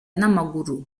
n’amaguru